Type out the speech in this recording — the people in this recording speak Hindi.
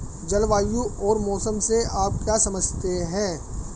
जलवायु और मौसम से आप क्या समझते हैं?